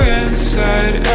inside